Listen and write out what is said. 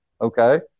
okay